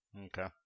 Okay